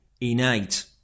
innate